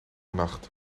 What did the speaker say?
nacht